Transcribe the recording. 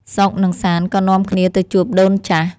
សុខ និងសាន្តក៏នាំគ្នាទៅជួបដូនចាស់។